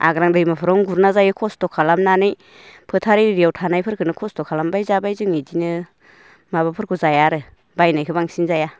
आग्रां दैमाफ्रावनो गुरना जायो खस्त' खालामनानै फोथार एरियाव थानायफोरखौनो खस्त' खालामबाय जाबाय जों बिदिनो माबाफोरखौ जाया आरो बायनायखौ बांसिन जाया